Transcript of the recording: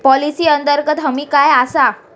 Policy अंतर्गत हमी काय आसा?